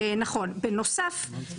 לכל אחת